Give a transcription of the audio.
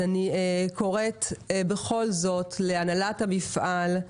אני קוראת בכל זאת להנהלת המפעל,